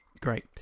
Great